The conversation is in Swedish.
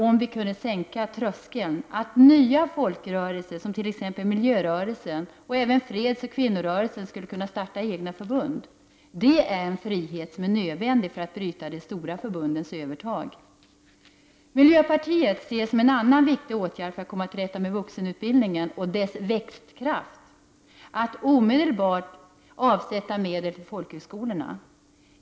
Om vi kunde sänka tröskeln skulle det innebära att nya folkrörelser, som t.ex. miljörörelsen och även fredsoch kvinnorörelserna, skulle kunna starta egna förbund. Det är en frihet som är nödvändig för att bryta de stora förbundens övertag. Miljöpartiet ser som en annan viktig åtgärd för att komma till rätta med vuxenutbildningen och dess växtkraft att omedelbart avsätta medel för folkhögskolorna.